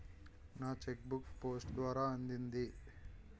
నా cheque book post ద్వారా అందింది